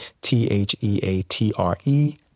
T-H-E-A-T-R-E